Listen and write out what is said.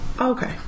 Okay